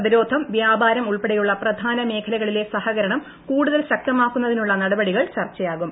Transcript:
പ്രതിരോധം വ്യാപാരം ഉൾപ്പെടെയുള്ള പ്രധാന മേഖലകളിലെ സഹകരണം കൂടുതൽ ശക്തമാക്കുന്നതിനുള്ള നടപടികൾ ചർച്ചയാകും